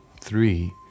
three